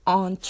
on